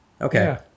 Okay